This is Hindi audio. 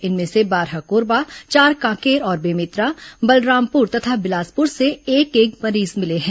इनमें से बारह कोरबा चार कांकेर और बेमेतरा बलरामपुर तथा बिलासपुर से एक एक मरीज मिले हैं